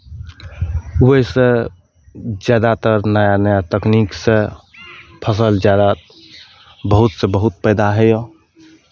ओहिसँ जादातर नया नया तकनीकसँ फसल जादा बहुतसँ बहुत पैदा होइए